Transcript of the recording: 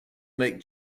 make